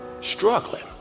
struggling